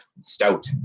stout